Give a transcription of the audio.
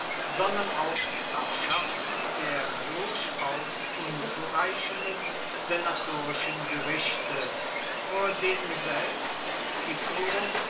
sondern auch die abschaffung der durchaus unzureichenden senatorischen gerichte vor denen selbst